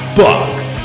bucks